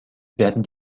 werden